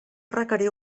requerir